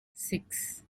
six